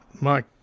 Mike